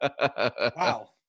Wow